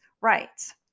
rights